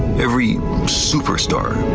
every superstar,